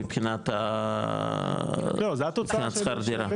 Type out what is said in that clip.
מבחינת שכר הדירה.